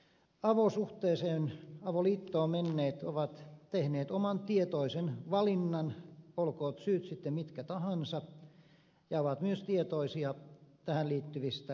avosuhteeseen avoliittoon menneet ovat tehneet oman tietoisen valinnan olkoot syyt sitten mitkä tahansa ja ovat myös tietoisia tähän liittyvistä riskeistä